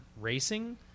racing